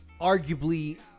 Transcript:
arguably